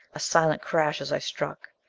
a silent crash as i struck.